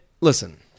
listen